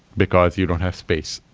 because you don't have space,